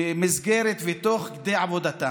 תוך כדי עבודתם,